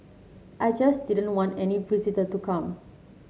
I just didn't want any visitor to come